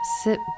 sit